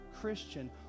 Christian